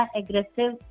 aggressive